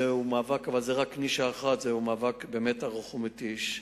זאת רק נישה אחת, אבל זה באמת מאבק ארוך ומתיש.